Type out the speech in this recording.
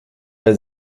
bei